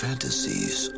fantasies